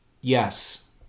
Yes